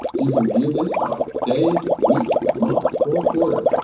you can view this by day, week, month, or quarter.